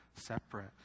separate